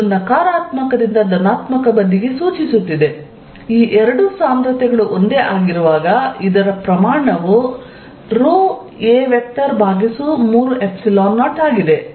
ಇದು ನಕಾರಾತ್ಮಕದಿಂದ ಧನಾತ್ಮಕ ಬದಿಗೆ ಸೂಚಿಸುತ್ತಿದೆ ಈ ಎರಡು ಸಾಂದ್ರತೆಗಳು ಒಂದೇ ಆಗಿರುವಾಗ ಇದರ ಪ್ರಮಾಣವು a30 ಆಗಿದೆ